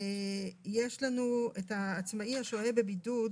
יש לנו את העצמאי ששוהה בבידוד